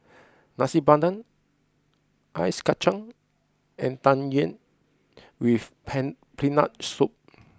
Nasi Padang Ice Kacang and Tang Yuen with pen peanut soup